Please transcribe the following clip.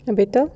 habis tu